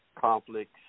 conflicts